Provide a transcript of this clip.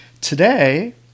Today